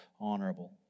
honorable